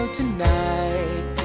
tonight